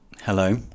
Hello